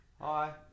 Hi